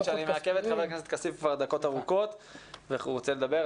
אני מעכב את ח"כ כסיף כבר דקות ארוכות והוא רוצה לדבר.